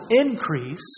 increase